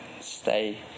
stay